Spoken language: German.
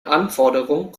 anforderung